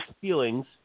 feelings